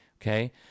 okay